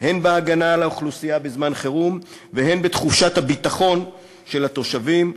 הן בהגנה על האוכלוסייה בזמן חירום והן בתחושת הביטחון של התושבים.